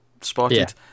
spotted